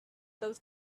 those